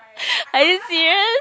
I didn't see